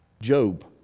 Job